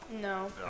No